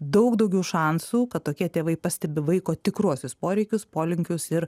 daug daugiau šansų kad tokie tėvai pastebi vaiko tikruosius poreikius polinkius ir